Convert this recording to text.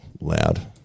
loud